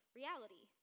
reality